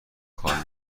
کار